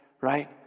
Right